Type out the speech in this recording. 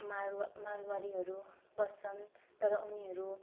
मारवा मारवाडीहरू बस्छन् तर उनीहरू